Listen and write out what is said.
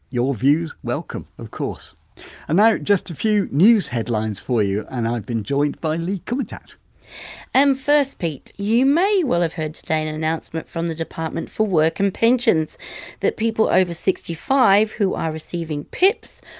your views welcome, of course and now just a few news headlines for you and i've been joined by lee kumutat and first pete, you may well have heard today an and announcement from the department for work and pensions that people over sixty five, who are receiving pips,